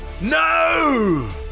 No